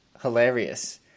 hilarious